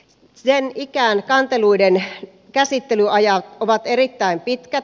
niin ikään kanteluiden käsittelyajat ovat erittäin pitkät